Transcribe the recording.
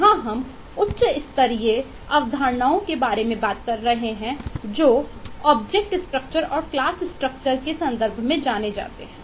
यहां हम उच्च स्तरीय अवधारणाओं के बारे में बात कर रहे हैं जो ऑब्जेक्ट स्ट्रक्चर के संदर्भ में जाने जाते हैं